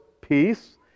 peace